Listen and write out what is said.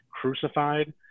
crucified